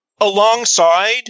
alongside